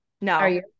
No